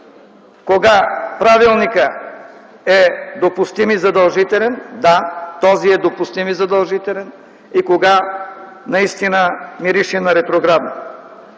кога правилникът е допустим и задължителен – да, този допустим и задължителен и кога наистина мирише на ретроградност.